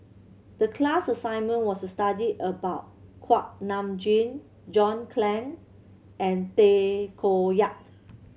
the class assignment was to study about Kuak Nam Jin John Clang and Tay Koh Yat